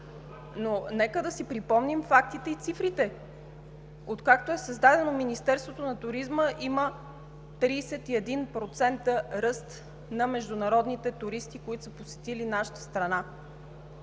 но нека да си припомним фактите и цифрите. Откакто е създадено Министерството на туризма, има 31% ръст на международните туристи, които са посетили нашата страна.